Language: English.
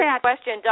question